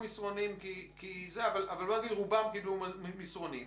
אבל רובם קיבלו מסרונים.